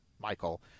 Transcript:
Michael